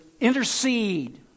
intercede